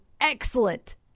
excellent